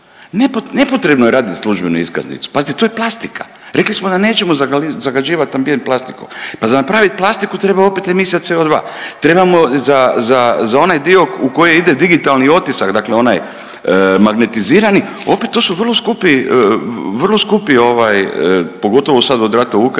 Nepotrebno je raditi službenu iskaznicu, pazite to je plastika, rekli smo da nećemo zagađivat ambijent plastikom, pa za napravit plastiku treba opet emisija CO2, trebamo za onaj dio u koji ide digitalni otisak, dakle onaj magnetizirani opet to su vrlo skupi, vrlo skupi ovaj pogotovo sad od rata Ukrajini